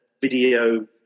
video